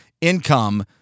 income